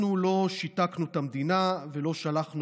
אנחנו לא שיתקנו את המדינה ולא שלחנו